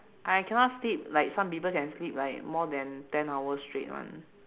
I cannot sleep like some people can sleep like more than ten hours straight [one]